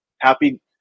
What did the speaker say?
happy